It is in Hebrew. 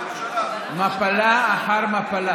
סופגת מפלה אחר מפלה.